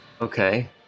Okay